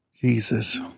Jesus